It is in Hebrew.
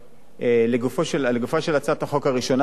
לגופה של הצעת החוק הראשונה,